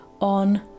on